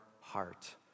heart